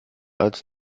als